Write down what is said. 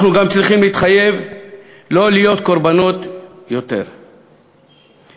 אנחנו גם צריכים להתחייב שלא להיות קורבנות עוד לעולם.